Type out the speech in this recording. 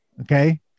Okay